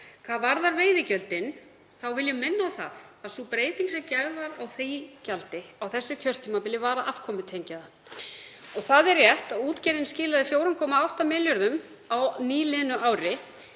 Hvað varðar veiðigjöldin þá vil ég minna á að sú breyting sem gerð var á því gjaldi á þessu kjörtímabili var að afkomutengja það. Það er rétt að útgerðin skilaði 4,8 milljörðum á nýliðnu ári.